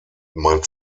mein